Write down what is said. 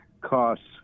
costs